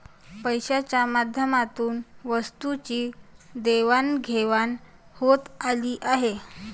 पैशाच्या माध्यमातून वस्तूंची देवाणघेवाण होत आली आहे